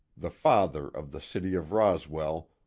the father of the city of roswell,